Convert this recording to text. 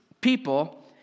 people